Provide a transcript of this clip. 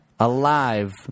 Alive